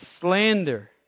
slander